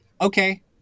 okay